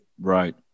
Right